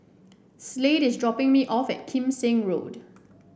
Slade is dropping me off at Kim Seng Road